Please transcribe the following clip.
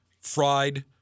fried